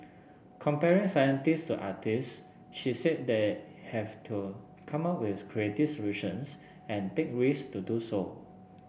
comparing scientists to artists she said they have to come up with creative solutions and take risks to do so